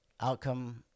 outcome